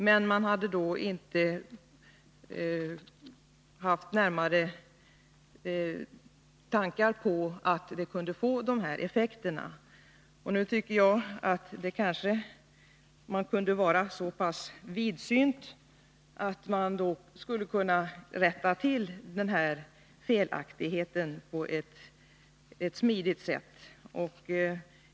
Men man hade då inte haft någon tanke på att det kunde få sådana här effekter. Nu tycker jag att man kanske kunde vara så pass vidsynt att man skulle kunna rätta till denna felaktighet på ett smidigt sätt.